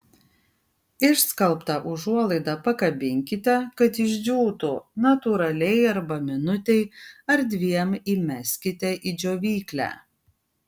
išskalbtą užuolaidą pakabinkite kad išdžiūtų natūraliai arba minutei ar dviem įmeskite į džiovyklę